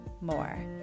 more